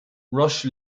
rush